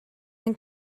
ein